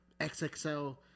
XXL